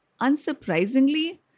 unsurprisingly